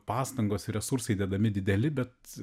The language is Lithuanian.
pastangos resursai dedami dideli bet